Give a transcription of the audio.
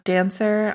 Dancer